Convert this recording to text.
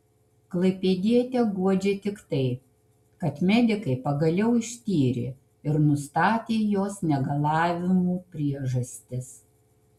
klaipėdietę guodžia tik tai kad medikai pagaliau ištyrė ir nustatė jos negalavimų priežastis